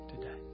today